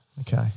Okay